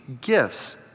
gifts